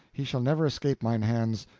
he shall never escape mine hands,